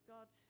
God